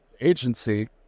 agency